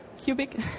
cubic